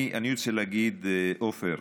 אני רוצה להגיד, עופר,